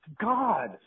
God